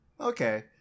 Okay